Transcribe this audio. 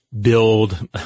build